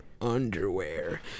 underwear